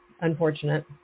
unfortunate